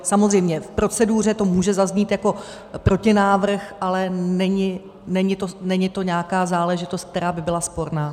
Samozřejmě, v proceduře to může zaznít jako protinávrh, ale není to nějaká záležitost, která by byla sporná.